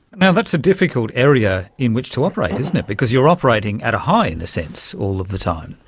and that's a difficult area in which to operate, isn't it, because you are operating at a high, in a sense, all of the time.